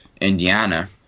Indiana